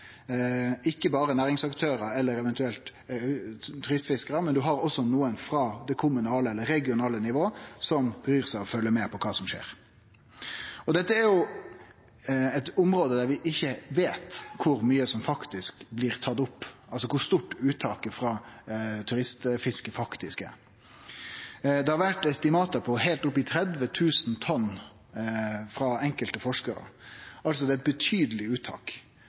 ikkje berre næringsaktørar eller eventuelt turistfiskarar, ein har også nokon frå det kommunale eller regionale nivået som bryr seg og følgjer med på kva som skjer. Dette er jo eit område der vi ikkje veit kor mykje som faktisk blir tatt opp, altså kor stort uttaket frå turistfisket faktisk er. Det har vore estimat frå enkelte forskarar på heilt opp mot 30 000 tonn – det er altså